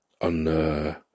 on